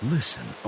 Listen